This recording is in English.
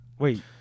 Wait